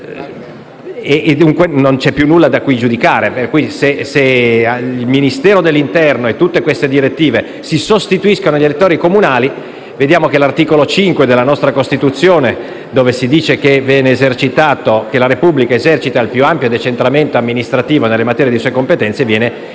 non ci sarebbe più nulla su cui giudicare. Se il Ministero dell'interno e tutte queste direttive si sostituiscono agli elettori comunali, vediamo che l'articolo 5 della nostra Costituzione, che dice che la Repubblica esercita il più ampio decentramento amministrativo nelle materie di sua competenza, viene brutalmente